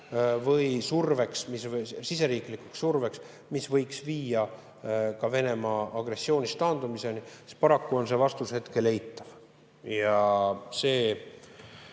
surveks, mis võiks viia ka Venemaa agressioonist taandumiseni, siis paraku on see vastus hetkel eitav. See